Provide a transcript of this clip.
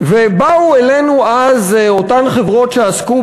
ובאו אלינו אז אותן חברות שעסקו